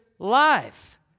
Life